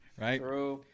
right